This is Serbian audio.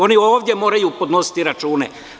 Oni ovde moraju podnositi račune.